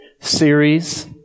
series